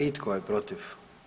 I tko je protiv?